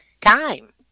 time